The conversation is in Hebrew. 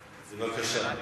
בבקשה.